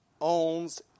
owns